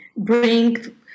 Bring